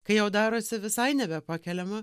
kai jau darosi visai nebepakeliama